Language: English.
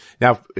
Now